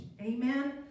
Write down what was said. Amen